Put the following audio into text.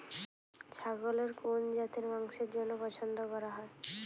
ছাগলের কোন জাতের মাংসের জন্য পছন্দ করা হয়?